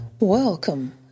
welcome